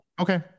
Okay